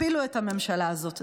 תפילו את הממשלה הזאת.